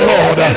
Lord